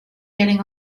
getting